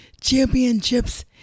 Championships